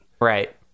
Right